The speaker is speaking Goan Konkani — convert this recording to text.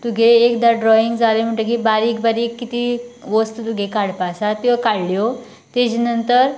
तुगे एकदां ड्रोयिंग जाले म्हणटगीर बारीक बारीक ती वस्तू तुगे काडपा आसा त्यो काडल्यो तेजे नंतर